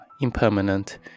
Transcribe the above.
impermanent